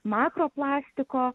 makro plastiko